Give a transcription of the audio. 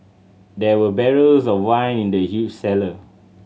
there were barrels of wine in the huge cellar